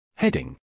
Heading